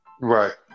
Right